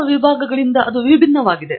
ಇತರ ವಿಭಾಗಗಳಿಂದ ಅದು ವಿಭಿನ್ನವಾಗಿದೆ